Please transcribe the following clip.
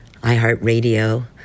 iHeartRadio